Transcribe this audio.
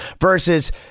Versus